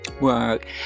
Work